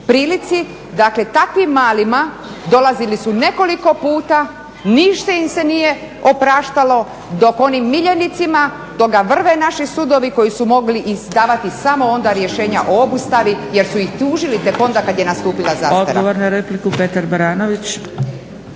prilici, dakle takvim malima dolazili su nekoliko puta. Ništa im se nije opraštalo, dok onim miljenicima, dok ga vrve naši sudovi koji su mogli izdavati samo onda rješenja o obustavi jer su ih tužili tek onda kad je nastupila zastara.